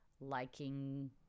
liking